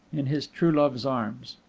in his true love's arms.